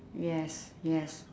yes yes